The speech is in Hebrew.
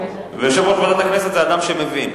ויושב-ראש ועדת הכנסת הוא אדם שמבין.